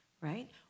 right